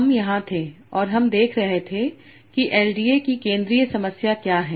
हम यहां थे और हम देख रहे थे कि एलडीए की केंद्रीय समस्या क्या है